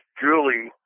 Julie